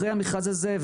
אחרי המכרז הזה,